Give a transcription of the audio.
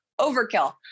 overkill